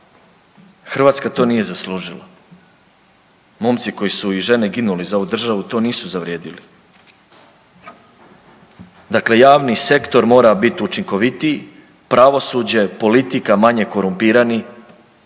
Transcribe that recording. Hrvatska to nije zaslužila. Momci koji su i žene ginuli za ovu državu to nisu zavrijedili. Dakle, javni sektor mora biti učinkovitiji, pravosuđe, politika manje korumpirani,